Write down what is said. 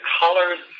colors